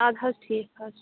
اَدٕ حظ ٹھیٖک حظ چھُ